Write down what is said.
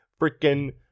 freaking